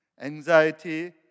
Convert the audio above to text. Anxiety